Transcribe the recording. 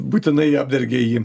būtinai apdergia ji